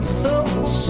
thoughts